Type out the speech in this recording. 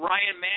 Ryan